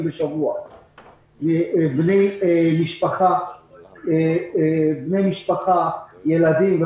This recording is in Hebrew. בשבוע מבלי לראות את המשפחה ואת הילדים,